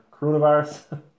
coronavirus